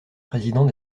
président